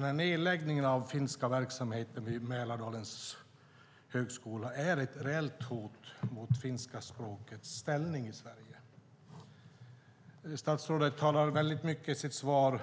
Nedläggningen av den finska verksamheten vid Mälardalens högskola är ett reellt hot mot finska språkets ställning i Sverige. Statsrådet talar väldigt mycket i sitt svar